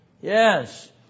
Yes